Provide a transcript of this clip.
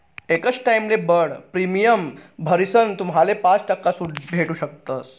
एकच टाइमले बठ्ठ प्रीमियम भरीसन तुम्हाले पाच टक्का सूट भेटू शकस